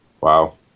Wow